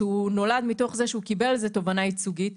שהוא נולד מתוך זה שהוא קיבל על זה תובענה ייצוגית,